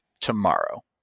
tomorrow